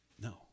no